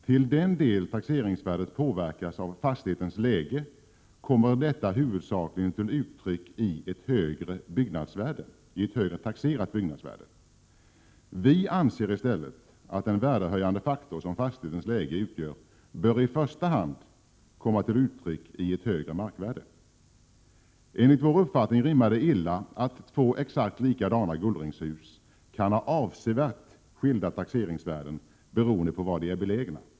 Till den del taxeringsvärdet påverkas av fastighetens läge kommer detta huvudsakligen till uttryck i ett högre taxerat byggnadsvärde. Vi anser i stället att den värdehöjande faktor som fastighetens läge utgör i första hand bör komma till uttryck i ett högre markvärde. Enligt vår uppfattning rimmar det illa att två exakt likadana Gullringehus kan ha avsevärt skilda taxeringsvärden beroende på var de är belägna.